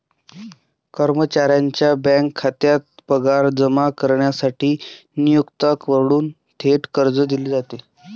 कर्मचाऱ्याच्या बँक खात्यात पगार जमा करण्यासाठी नियोक्त्याकडून थेट कर्ज दिले जाते